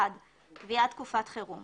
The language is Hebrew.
קביעת תקופת חירום